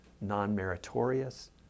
non-meritorious